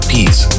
Peace